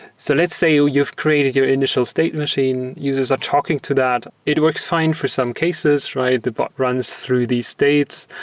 so let's say you've created your initial state machine. users are talking to that. it works fine for some cases, right? the bot runs through these states.